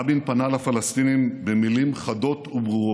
רבין פנה לפלסטינים במילים חדות וברורות: